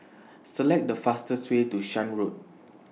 Select The fastest Way to Shan Road